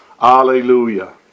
hallelujah